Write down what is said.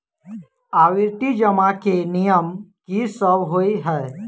आवर्ती जमा केँ नियम की सब होइ है?